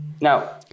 Now